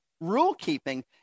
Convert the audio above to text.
rule-keeping